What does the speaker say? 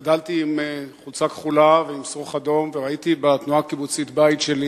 גדלתי עם חולצה כחולה ושרוך אדום וראיתי בתנועה הקיבוצית בית שלי.